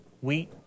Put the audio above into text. wheat